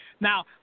Now